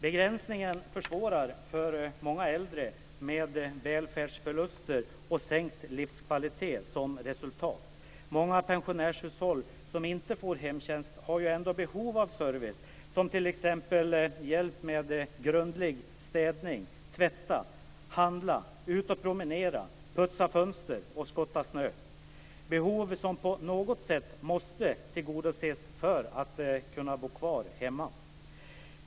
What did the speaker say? Begränsningen försvårar för många äldre med välfärdsförluster och sänkt livskvalitet som resultat. Många pensionärshushåll som inte får hemtjänst har ju ändå behov av service som t.ex. hjälp med grundlig städning, tvättning, inköp, promenader, fönsterputsning och snöskottning. Det är behov som på något sätt måste tillgodoses för att man ska kunna bo kvar hemma.